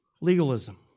Legalism